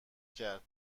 کرد